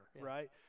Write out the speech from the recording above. right